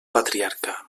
patriarca